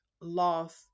loss